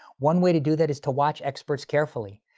one way to do that is to watch experts carefully.